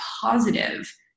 positive